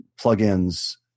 plugins